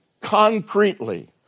concretely